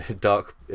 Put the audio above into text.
dark